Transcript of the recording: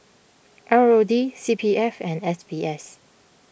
R O D C P F and S B S